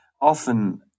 often